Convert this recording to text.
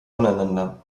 voneinander